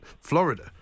Florida